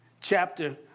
chapter